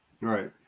Right